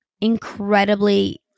incredibly